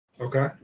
Okay